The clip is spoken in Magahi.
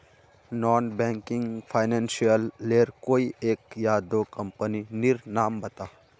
नॉन बैंकिंग फाइनेंशियल लेर कोई एक या दो कंपनी नीर नाम बता?